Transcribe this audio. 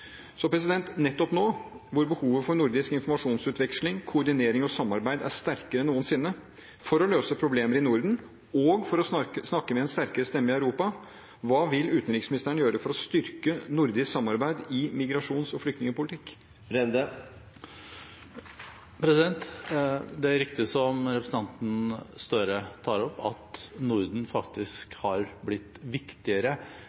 Nettopp nå, når behovet for nordisk informasjonsutveksling, koordinering og samarbeid er sterkere enn noensinne for å løse problemer i Norden og for å snakke med en sterkere stemme i Europa, hva vil utenriksministeren gjøre for å styrke nordisk samarbeid i migrasjons- og flyktningpolitikk? Det er riktig som representanten Gahr Støre tar opp, at Norden